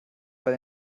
bei